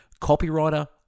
copywriter